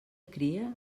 crie